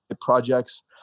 projects